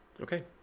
Okay